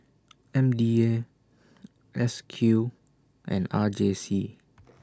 M D A S Q and R J C